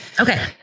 okay